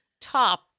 top